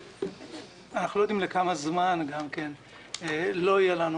ואנחנו לא יודעים לכמה זמן לא יהיה לנו